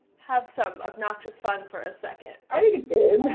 have some obnoxious fun for a second? i think it's good.